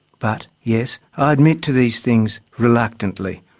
but yes, i admit to these things reluctantly.